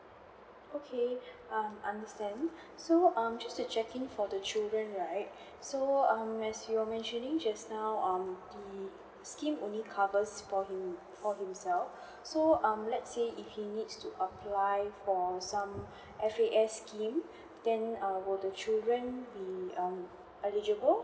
okay um understand so um just to check in for the children right so um as you're mentioning just now um the scheme only covers for him for himself so um let's say if he needs to apply for some F_A_S scheme then err will the children be um eligible